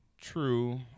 True